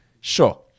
Sure